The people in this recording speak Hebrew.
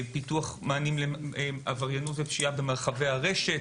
פיתוח מענים לעבריינות ופשיעה במרחבי הרשת,